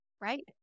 Right